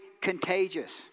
contagious